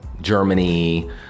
Germany